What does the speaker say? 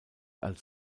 als